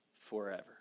forever